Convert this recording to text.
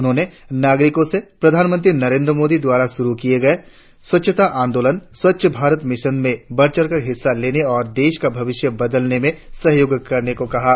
उन्होंने नागरिकों से प्रधानमंत्री नरेंद्र मोदी द्वारा शुरु किए गए स्वच्छता आंदोलन स्वच्छ भारत मिशन में बढ़चढ़ कर हिस्सा लेने और देश का भविषय बदलने में सहयोग करने को कहा है